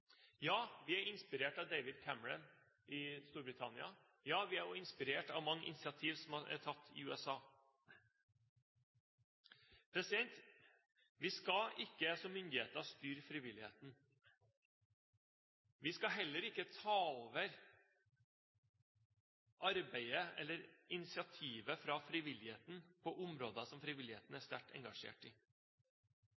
Ja, vi er inspirert av David Cameron i Storbritannia, og, ja, vi er inspirert av mange initiativ som er tatt i USA. Vi skal ikke som myndighet styre frivilligheten. Vi skal heller ikke ta over arbeidet eller initiativet fra frivilligheten på områder som frivilligheten er